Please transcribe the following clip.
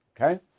okay